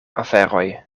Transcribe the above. aferoj